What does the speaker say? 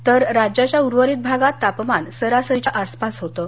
तर राज्याच्या उर्वरित भागात तापमान सरासरीच्या आसपास होतं